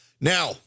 now